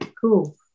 cool